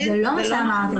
זה לא מה שאמרתי.